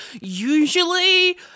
usually